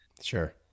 Sure